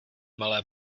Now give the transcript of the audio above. malé